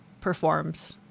performs